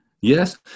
Yes